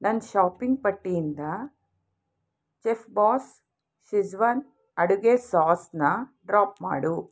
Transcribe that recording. ನನ್ನ ಶಾಪಿಂಗ್ ಪಟ್ಟಿಯಿಂದ Chefboss Schezwan ಅಡುಗೆ ಸಾಸನ್ನ ಡ್ರಾಪ್ ಮಾಡು